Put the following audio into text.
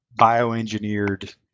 bioengineered